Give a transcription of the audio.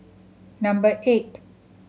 number eight